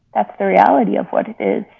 that's the reality of what it is.